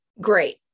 Great